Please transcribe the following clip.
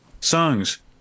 songs